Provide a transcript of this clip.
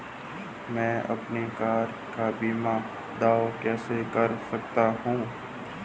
मैं अपनी कार बीमा का दावा कैसे कर सकता हूं?